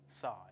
side